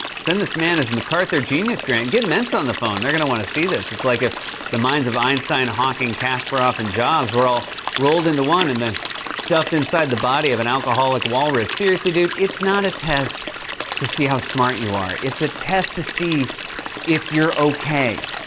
send this man his macarthur genius grant. get mensa on the phone. they're gonna wanna see this. it's like if the minds of einstein, hawking, kasparov, and jobs were all rolled into one and then stuffed inside the body of an alcoholic walrus. seriously, dude, it's not a test to see how smart you are. it's a test to see if you're okay.